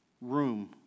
room